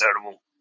terrible